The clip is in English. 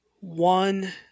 One